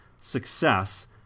success